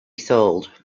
sold